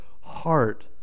heart